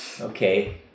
Okay